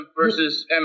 versus